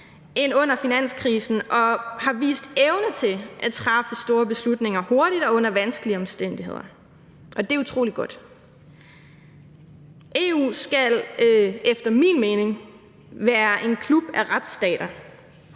end under finanskrisen og har vist evne til at træffe store beslutninger hurtigt og under vanskelige omstændigheder. Og det er utrolig godt. EU skal efter min mening være en klub af retsstater,